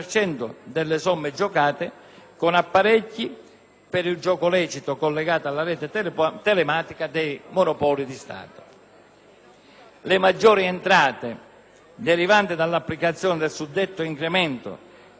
per il gioco lecito collegati alla rete telematica dei Monopoli di Stato. Le maggiori entrate derivanti dall'applicazione del suddetto incremento rispetto alle entrate relative all'anno 2008